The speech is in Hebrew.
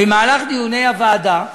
במהלך דיוני הוועדה ביקשנו,